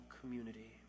community